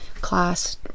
class